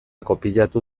kopiatu